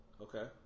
Okay